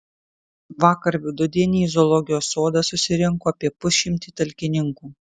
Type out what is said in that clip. vakar vidudienį į zoologijos sodą susirinko apie pusšimtį talkininkų